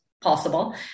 possible